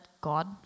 God